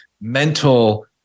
mental